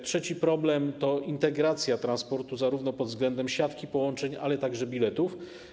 Trzeci problem to integracja transportu zarówno pod wzglądem siatki połączeń, jak i biletów.